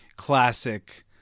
classic